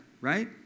right